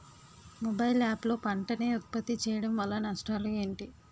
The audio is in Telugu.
మొబైల్ యాప్ లో పంట నే ఉప్పత్తి చేయడం వల్ల నష్టాలు ఏంటి?